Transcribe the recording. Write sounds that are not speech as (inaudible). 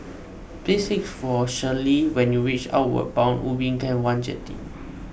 please (unintelligible) for Shelly when you reach Outward Bound Ubin Camp one Jetty